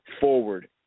forward